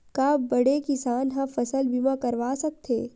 का बड़े किसान ह फसल बीमा करवा सकथे?